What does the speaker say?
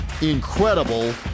Incredible